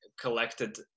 collected